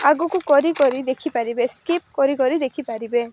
ଆଗକୁ କରି କରି ଦେଖିପାରିବେ ସ୍କିପ୍ କରି କରି ଦେଖିପାରିବେ